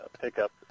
pickup